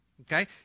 Okay